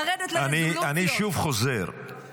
לרדת לרזולוציות --- אני שוב חוזר,